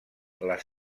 les